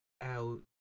out